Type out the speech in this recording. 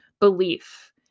belief